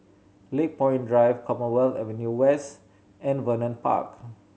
Lakepoint Drive Commonwealth Avenue West and Vernon Park